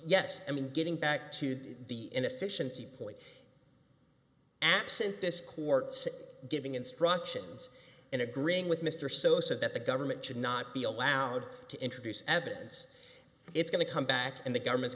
yes i mean getting back to the inefficiency point absent this court's giving instructions and agreeing with mr sosa that the government should not be allowed to introduce evidence it's going to come back and the government's